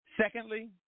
Secondly